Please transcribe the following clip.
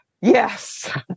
yes